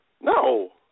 No